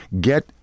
get